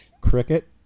Cricket